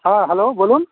হ্যাঁ হ্যালো বলুন